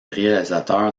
réalisateur